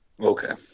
Okay